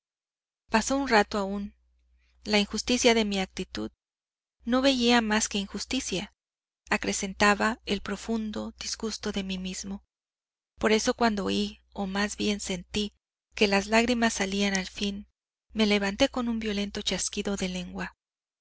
pasó un rato aún la injusticia de mi actitud no veía más que injusticia acrecentaba el profundo disgusto de mí mismo por eso cuando oí o más bien sentí que las lágrimas salían al fin me levanté con un violento chasquido de lengua